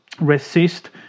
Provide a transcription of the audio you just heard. resist